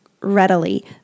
Readily